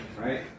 right